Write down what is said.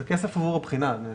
זה כסף עבור הבחינה.